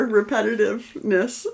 repetitiveness